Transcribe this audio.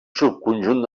subconjunt